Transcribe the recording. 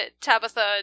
Tabitha